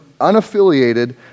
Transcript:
unaffiliated